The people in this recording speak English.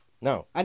No